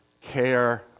care